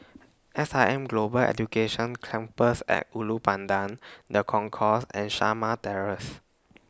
S I M Global Education Campus At Ulu Pandan The Concourse and Shamah Terrace